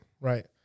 Right